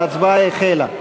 ההצבעה החלה.